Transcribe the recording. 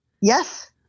Yes